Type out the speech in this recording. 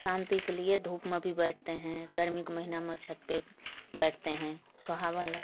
शांति की लिए धूप में भी बैठते हैं गर्मी के महीने में छत पर बैठते हैं सुहाना लगता है